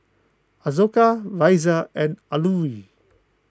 Ashoka Razia and Alluri